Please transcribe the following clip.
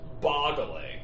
Boggling